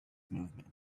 movement